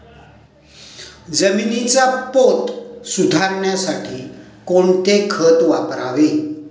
जमिनीचा पोत सुधारण्यासाठी कोणते खत वापरावे?